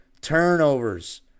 turnovers